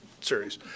series